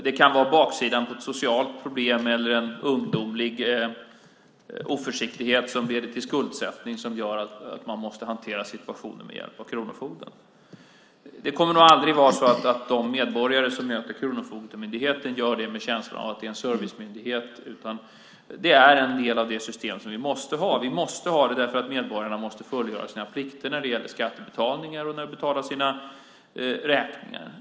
Det kan vara baksidan på ett socialt problem eller en ungdomlig oförsiktighet som leder till skuldsättning och som gör att man måste hantera situationen med hjälp av kronofogden. Det kommer nog aldrig att vara så att de medborgare som möter Kronofogdemyndigheten gör det med känslan av att det är en servicemyndighet. Det är en del av det system vi måste ha. Vi måste ha det därför att medborgarna måste fullgöra sina plikter när det gäller att betala sina skatter och räkningar.